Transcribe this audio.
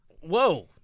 Whoa